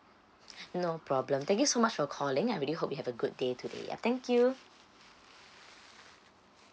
no problem thank you so much for calling I really hope you have a good day today yeah thank you